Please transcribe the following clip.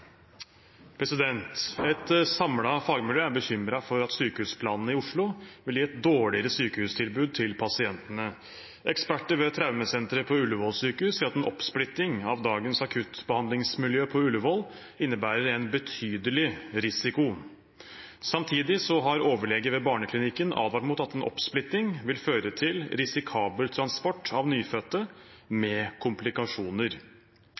gi et dårligere sykehustilbud til pasientene. Eksperter ved traumesenteret på Ullevål sykehus sier at en oppsplitting av dagens akuttbehandlingsmiljø på Ullevål innebærer en betydelig risiko. Samtidig har overlege ved barneklinikken advart mot at oppsplitting vil føre til risikabel transport av nyfødte